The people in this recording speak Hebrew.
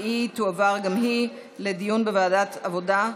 ותועבר גם היא לדיון בוועדת העבודה,